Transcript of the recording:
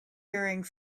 hearing